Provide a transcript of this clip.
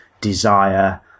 desire